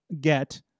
get